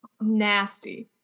nasty